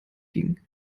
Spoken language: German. ging